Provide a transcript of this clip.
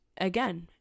again